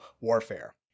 warfare